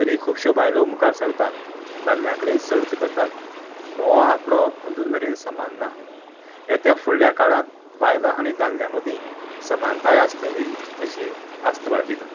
तरी खुबश्यो बायलो मुखार सरतात दादल्यां कडेन सर्त करतात पूण हो आकडो अजून मेरेन समान ना येत्या फुडल्या काळांत बायलां आनी दादल्या मदीं समनताय आसतली अशी आस्त बाळगीतां